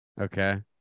Okay